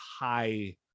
high